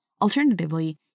Alternatively